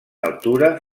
altura